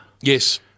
Yes